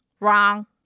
Wrong